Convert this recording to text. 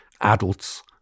adults